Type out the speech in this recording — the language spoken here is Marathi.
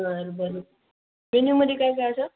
बरं बरं मेन्यूमध्ये काय काय सं